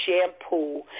shampoo